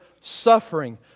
suffering